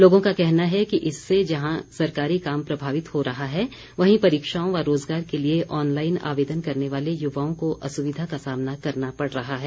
लोगों का कहना है कि इससे जहां सरकारी काम प्रभावित हो रहा है वहीं परीक्षाओं व रोजगार के लिए ऑनलाईन आवेदन करने वाले युवाओं को असुविधा का सामना करना पड़ रहा है